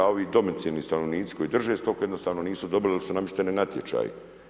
A ovi domicilni stanovnici koji drže stoku jednostavno nisu dobili jer su namješteni natječaji.